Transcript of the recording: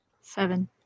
seven